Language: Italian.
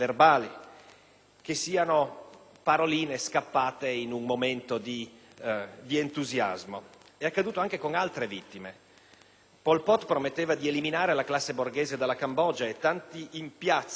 che siano paroline scappate in un momento di entusiasmo. È accaduto anche con altre vittime: Pol Pot prometteva di eliminare la classe borghese dalla Cambogia e tanti, in piazza